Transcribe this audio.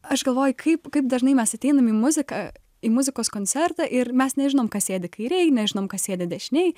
aš galvoju kaip kaip dažnai mes ateinam į muziką į muzikos koncertą ir mes nežinom kas sėdi kairėj nežinom kas sėdi dešinėj